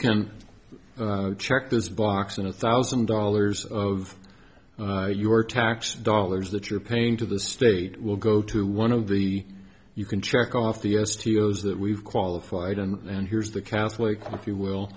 can check this box in a thousand dollars of your tax dollars that you're paying to the state will go to one of the you can check off the s t o's that we've qualified and here's the catholic what you will